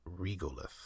regolith